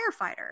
firefighter